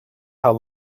how